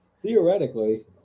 Theoretically